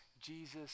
Jesus